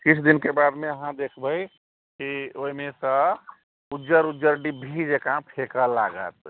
किछु दिनके बादमे अहाँ देखबै कि ओहिमेसँ उज्जर उज्जर डिब्भी जकाँ फेँकऽ लागत